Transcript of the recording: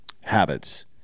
Habits